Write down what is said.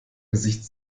gesicht